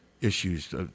issues